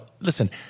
listen